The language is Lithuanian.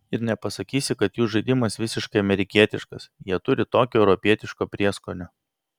ir nepasakysi kad jų žaidimas visiškai amerikietiškas jie turi tokio europietiško prieskonio